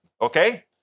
Okay